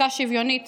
חקיקה שוויונית